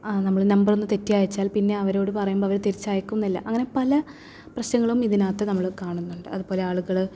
നമ്മൾ നമ്പറൊന്നു തെറ്റിയയച്ചാൽ പിന്നെ അവരോട് പറയുമ്പോൾ അവർ തിരിച്ച് അയക്കുന്നില്ല അങ്ങനെ പല പ്രശ്നങ്ങളും ഇതിനകത്ത് നമ്മൾ കാണുന്നുണ്ട് അതുപോലെ ആളുകൾ